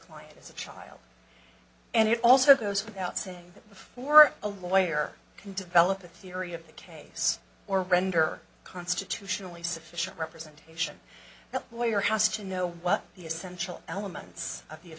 client is a child and it also goes without saying that for a lawyer can develop a theory of the case or render a constitutionally sufficient representation the lawyer house to know what the essential elements of the of